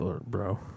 bro